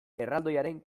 erraldoiaren